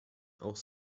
auch